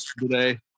today